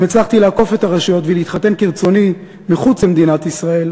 אם הצלחתי לעקוף את הרשויות ולהתחתן כרצוני מחוץ למדינת ישראל,